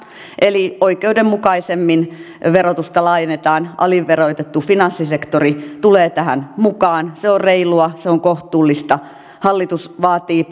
eli oikeudenmukaisemmin verotusta laajennetaan aliverotettu finanssisektori tulee tähän mukaan se on reilua se on kohtuullista hallitus vaatii